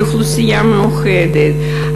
על אוכלוסייה מיוחדת,